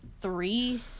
three